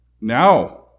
Now